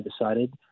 decided